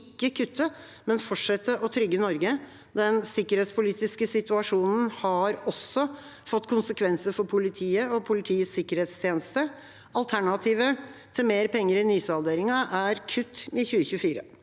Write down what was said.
ikke kutte, men fortsette å trygge Norge. Den sikkerhetspolitiske situasjonen har også fått konsekvenser for politiet og politiets sikkerhetstjeneste. Alternativet til mer penger i nysalderingen er kutt i 2024.